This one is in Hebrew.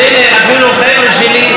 אפילו חבר'ה שלי אומרים,